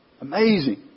Amazing